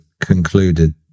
concluded